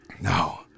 No